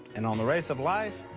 and on the race of life,